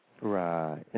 Right